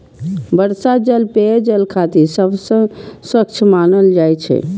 वर्षा जल पेयजल खातिर सबसं स्वच्छ मानल जाइ छै